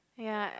ya